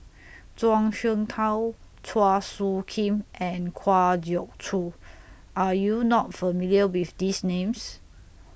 Zhuang Shengtao Chua Soo Khim and Kwa Geok Choo Are YOU not familiar with These Names